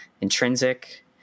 intrinsic